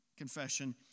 confession